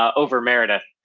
over meredith.